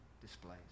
displays